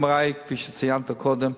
כפי שציינת קודם,